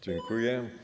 Dziękuję.